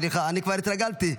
סליחה, אני כבר התרגלתי.